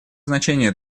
значение